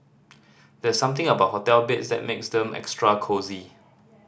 there's something about hotel beds that makes them extra cosy